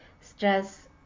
stress